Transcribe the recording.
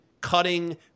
cutting